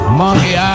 monkey